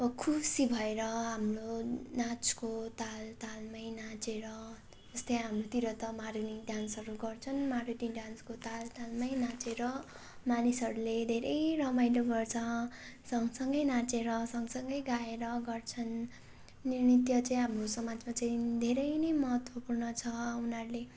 खुसी भएर हाम्रो नाचको ताल तालमै नाचेर जस्तै हाम्रोतिर त मारुनी डान्सहरू गर्छन् मारुनी डान्सको ताल तालमै नाचेर मानिसहरूले धेरै रमाइलो गर्छ सँगसँगै नाचेर सँगसँगै गाएर गर्छन् न नृत्य चाहिँ हाम्रो समाजमा चाहिँ धेरै नै महत्त्वपूर्ण छ उनीहरूले